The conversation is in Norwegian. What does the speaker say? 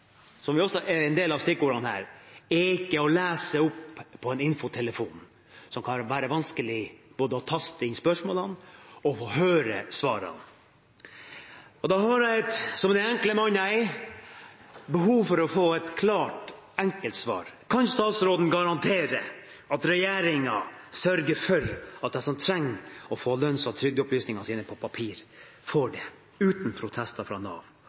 også. Vi har fått en del forklaringer på hvordan disse forholdene for pensjonistene, som ikke håndterer den nye kontaktinformasjonen, skal løses. Men smidighet, som er ett av stikkordene her, er ikke å lese opp på en info-telefon. Både det å taste inn spørsmålene og det å høre svarene kan være vanskelig. Som den enkle mann jeg er, har jeg behov for å få et klart og enkelt svar: Kan statsråden garantere at regjeringen sørger for at alle som trenger det, får